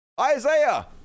Isaiah